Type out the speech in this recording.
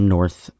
North